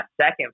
second